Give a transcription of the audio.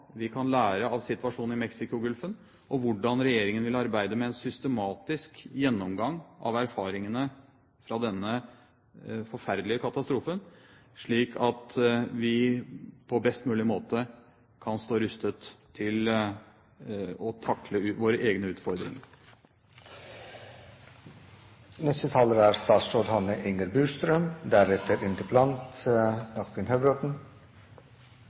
vi kan lære av situasjonen i Mexicogolfen, og hvordan regjeringen vil arbeide med en systematisk gjennomgang av erfaringene fra denne forferdelige katastrofen, slik at vi på best mulig måte kan stå rustet til å takle våre egne